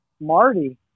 marty